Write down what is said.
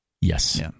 Yes